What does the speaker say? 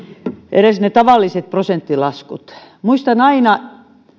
edes ne tavalliset prosenttilaskut muistan aina